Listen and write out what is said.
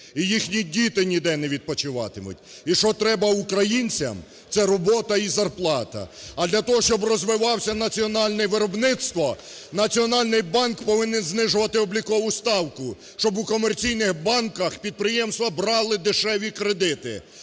і їхні діти ніде не відпочиватимуть. І що треба українцям – це робота і зарплата. А для того, щоб розвивалося національне виробництво, Національний банк повинен знижувати облікову ставку, щоб у комерційних банках підприємства брали дешеві кредити,